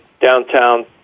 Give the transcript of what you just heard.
downtown